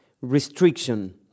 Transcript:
restriction